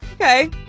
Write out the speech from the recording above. Okay